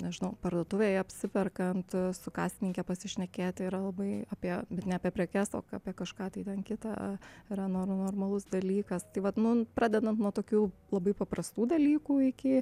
nežinau parduotuvėje apsiperkant su kasininke pasišnekėti yra labai apie bet ne apie prekes o apie kažką tai ten kita yra nor normalus dalykas tai vat nu pradedant nuo tokių labai paprastų dalykų iki